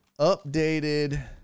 Updated